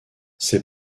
ces